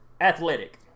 athletic